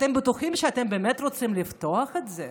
אתם בטוחים שאתם באמת רוצים לפתוח את זה?